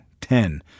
ten